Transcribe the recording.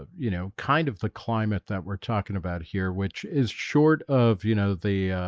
ah you know, kind of the climate that we're talking about here, which is short of you know the